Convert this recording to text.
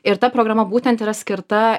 ir ta programa būtent yra skirta